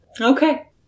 Okay